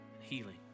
healing